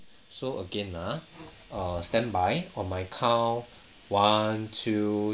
so again ah err standby on my count one two